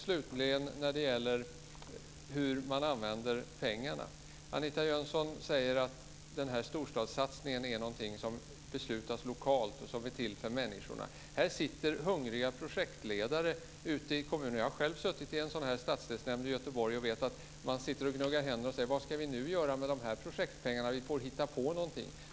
Slutligen: När det gäller hur man använder pengarna säger Anita Jönsson att storstadssatsningen är något som beslutas lokalt och som är till för människorna. Jag vet att hungriga projektledare sitter ute i kommunerna - jag har själv suttit med i en stadsdelsnämnd i Göteborg och vet att man gnuggar händerna - och säger: Vad ska vi nu göra med de här projektpengarna? Vi får väl hitta på någonting.